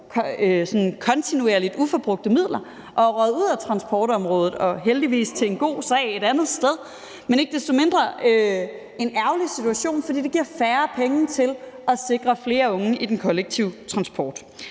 kontinuerligt uforbrugte midler og er røget ud af transportområdet og heldigvis til en god sag et andet sted. Men ikke desto mindre er det en ærgerlig situation, fordi det giver færre penge til at sikre flere unge i den kollektive transport.